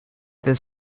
this